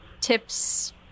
tips